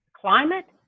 climate